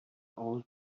old